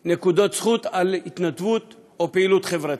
נקודות זכות על התנדבות או פעילות חברתית.